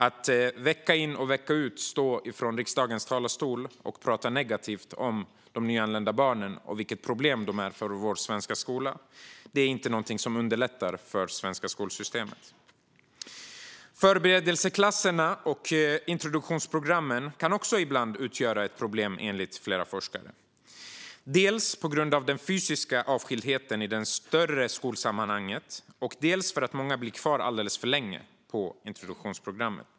Att vecka in och vecka ut stå i riksdagens talarstol och tala negativt om de nyanlända barnen och vilket problem de är för vår svenska skola är inte någonting som underlättar för det svenska skolsystemet. Förberedelseklasserna och introduktionsprogrammen kan ibland också utgöra ett problem enligt flera forskare, dels på grund av den fysiska avskildheten i det större skolsammanhanget, dels för att många blir kvar alldeles för länge på introduktionsprogrammen.